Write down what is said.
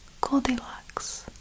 Goldilocks